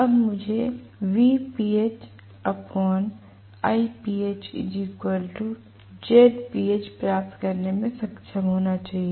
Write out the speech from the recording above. अब मुझे प्राप्त करने में सक्षम होना चाहिए